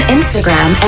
Instagram